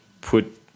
put